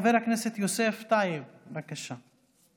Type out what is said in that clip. חבר הכנסת יוסף טייב, בבקשה.